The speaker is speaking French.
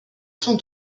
son